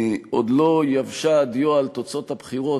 עוד לא יבשה הדיו מעל תוצאות הבחירות,